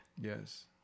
Yes